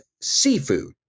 seafood